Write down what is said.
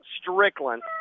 Strickland